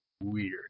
weird